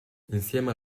insieme